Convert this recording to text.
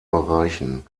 bereichen